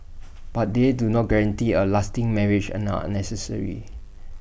but they do not guarantee A lasting marriage and are unnecessary